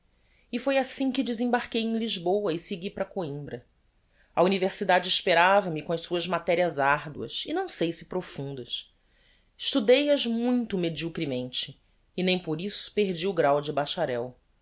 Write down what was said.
e foi assim que desembarquei em lisboa e segui para coimbra a universidade esperava me com as suas materias arduas e não sei se profundas estudei as muito mediocremente e nem por isso perdi o gráu de bacharel